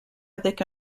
avec